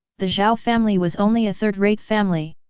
the zhao family was only a third-rate family.